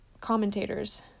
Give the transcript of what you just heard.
commentators